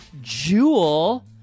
Jewel